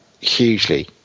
hugely